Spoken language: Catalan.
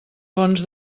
fonts